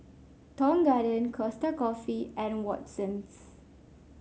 Tong Garden Costa Coffee and Watsons